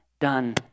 done